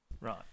Right